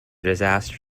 disaster